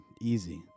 Easy